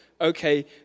okay